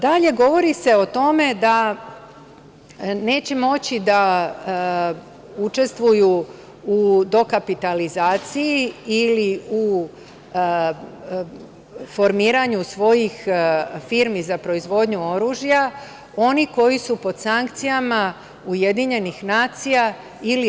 Dalje, govori se o tome da neće moći da učestvuju u dokapitalizaciji ili u formiranju svojih firmi za proizvodnju oružja oni koji su pod sankcijama UN ili EU.